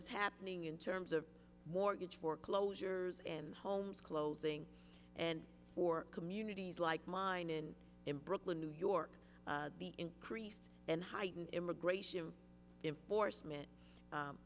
is happening in terms of mortgage foreclosures and homes closing and for communities like mine and in brooklyn new york the increased and heightened immigration enforcement